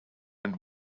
and